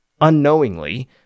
unknowingly